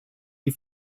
die